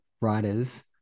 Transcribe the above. writers